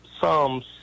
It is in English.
Psalms